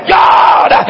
God